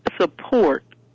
support